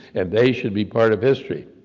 and they should be part of history.